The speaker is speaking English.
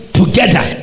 together